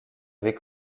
avait